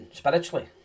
spiritually